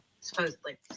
supposedly